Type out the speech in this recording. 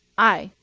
aye.